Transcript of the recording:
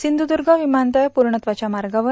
सिंधुद्र्ग विमानतळ प्रर्णत्वाच्या मार्गावर